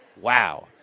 Wow